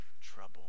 trouble